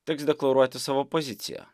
teks deklaruoti savo poziciją